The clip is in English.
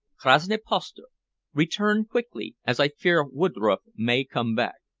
krasny-pastor return quickly, as i fear woodroffe may come back.